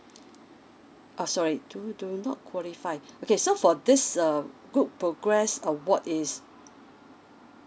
ah sorry do do not qualified okay so for this err book progress award is